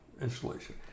installation